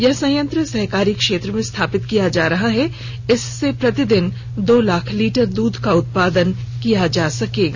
यह संयंत्र सहकारी क्षेत्र में स्थापित किया जा रहा है इससे प्रतिदिन दो लाख लीटर दूध का उत्पादन किया जा सकेगा